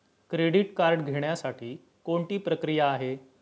Credit card घेण्यासाठी कोणती प्रक्रिया आहे?